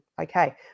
okay